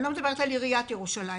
אני לא מדברת על עיריית ירושלים